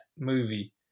movie